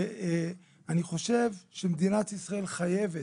ואני חושב שמדינת ישראל חייבת,